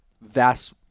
vast